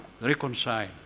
reconcile